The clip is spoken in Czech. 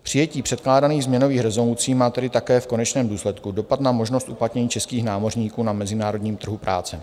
Přijetí předkládaných změnových rezolucí má tedy také v konečném důsledku dopad na možnost uplatnění českých námořníků na mezinárodním trhu práce.